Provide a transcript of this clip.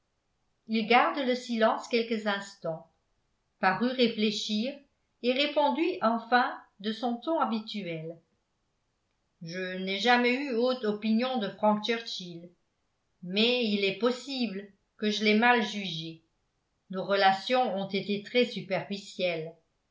il garde le silence quelques instants parut réfléchir et répondit enfin de son ton habituel je n'ai jamais eu haute opinion de frank churchill mais il est possible que je l'aie mal jugé nos relations ont été très superficielles